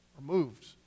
removed